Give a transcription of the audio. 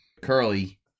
Curly